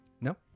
no